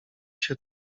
się